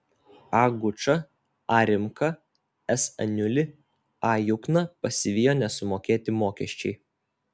a gučą a rimką s aniulį a jukną pasivijo nesumokėti mokesčiai